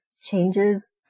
changes